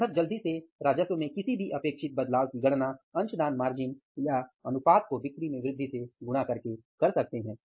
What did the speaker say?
प्रबंधक जल्दी से राजस्व में किसी भी अपेक्षित बदलाव की गणना अंशदान मार्जिन या अनुपात को बिक्री में वृद्धि से गुणा करके कर सकते हैं